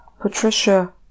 Patricia